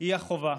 היא החובה